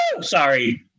Sorry